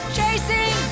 chasing